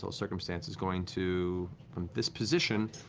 little circumstance, is going to, from this position,